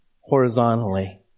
horizontally